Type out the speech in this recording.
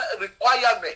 requirement